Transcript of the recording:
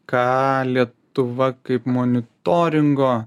ką lietuva kaip monitoringo